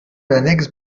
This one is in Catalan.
annex